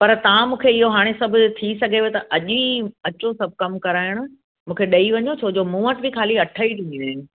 पर तव्हां मूंखे इहो हाणे सभु थी सघेव त अॼु ई अचो सभु कम कराइण मूंखे ॾेई वञो छोजो मूं वटि बि ख़ाली अठ ई ॾींहं आहिनि